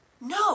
No